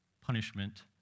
punishment